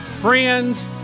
Friends